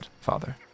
father